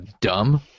dumb